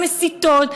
המסיתות,